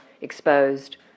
exposed